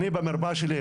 אני במרפאה שלי,